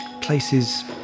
places